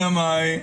אלא מאי?